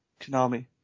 Konami